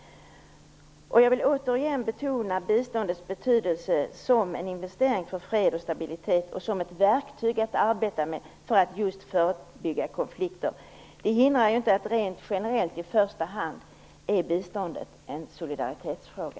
Jag vill återigen betona biståndets betydelse som en investering för fred och stabilitet och som ett verktyg att arbeta med för att just förebygga konflikter. Det hindrar inte att biståndet rent generellt i första hand är en solidaritetsfråga.